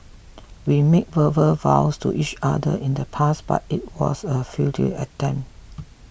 we made verbal vows to each other in the past but it was a futile attempt